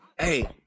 Hey